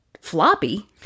floppy